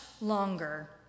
longer